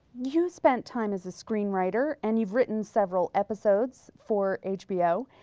you spent time as a screen writer and have written several episodes for hbo.